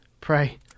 Pray